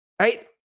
right